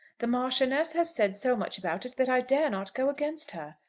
the marchioness has said so much about it that i dare not go against her.